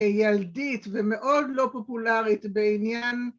‫ילדית ומאוד לא פופולרית בעניין...